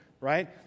right